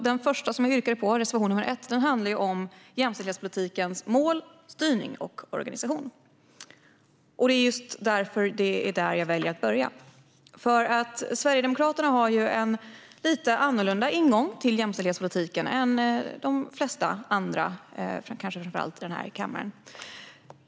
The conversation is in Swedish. Den första reservationen, som jag yrkar bifall till, handlar om jämställdhetspolitikens mål, styrning och organisation. Det är just därför som det är där jag väljer att börja. Sverigedemokraterna har en lite annorlunda ingång till jämställdhetspolitiken än de flesta andra i denna kammare.